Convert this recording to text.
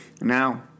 Now